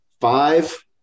five